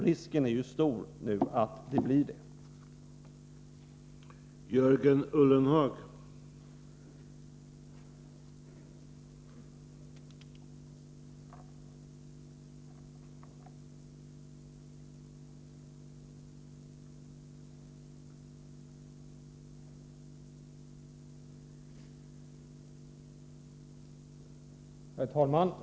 Risken är stor att det blir så nu.